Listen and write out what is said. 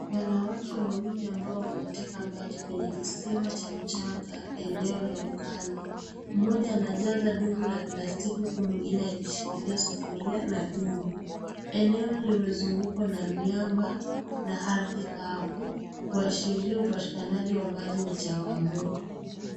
Wanawake wawili ambao wanateka maji kwenye kisima cha mchanga eneo la ukame mmoja anajaza dumu la plastiki huku mwingine akimshikilia sufuria na kiduni eneo limezingukwa na miamba na ardhi kavu kuashiria upatikanaji wa maji ni changamoto.